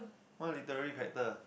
what literally character